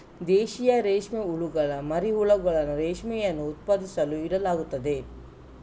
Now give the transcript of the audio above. ದೇಶೀಯ ರೇಷ್ಮೆ ಹುಳುಗಳ ಮರಿ ಹುಳುಗಳನ್ನು ರೇಷ್ಮೆಯನ್ನು ಉತ್ಪಾದಿಸಲು ಇಡಲಾಗುತ್ತದೆ